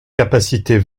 capacités